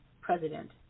president